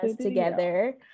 together